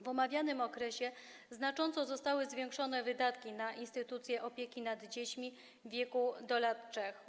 W omawianym okresie znacząco zostały zwiększone wydatki na instytucje opieki nad dziećmi w wieku do lat 3.